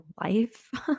life